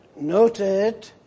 noted